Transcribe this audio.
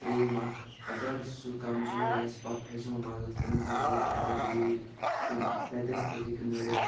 ترٛییم اکھ اگر سُہ کمزور آسہِ پتہٕ پھسیو منٛزس تٔمِس مۄکلے اینرجی یی تہٕ تَتٮ۪س تہِ ہیٚکہِ مٔرِتھ